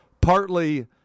Partly